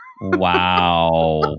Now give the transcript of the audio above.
Wow